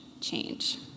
change